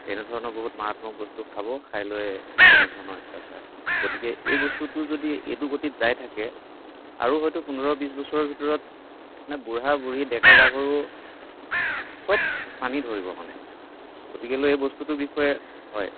তেনেধৰণৰ বহুত মাৰাত্মক বস্তু খাব খাই লৈ এনেধৰণৰ অত্যাচাৰ গতিকে এই বস্তুটো যদি এইটো গতিত যায় থাকে আৰু হয়টো পোন্ধৰ বিছ বছৰ ভিতৰত মানে বুঢ়া বুঢ়ী ডেকা গাভৰু সব চানি ধৰিব মানে গতিকেলৈ এই বস্তুটোৰ বিষয়ে হয়